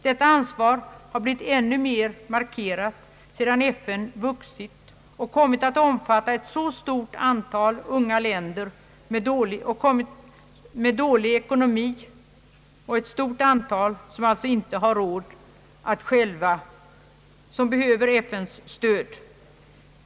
Detta ansvar har blivit ännu mer markerat sedan FN vuxit och kommit att omfatta ett stort antal unga länder med dålig ekonomi, som alltså inte har råd att själva informera och som behöver FN:s stöd.